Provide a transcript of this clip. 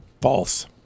False